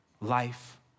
life